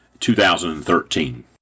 2013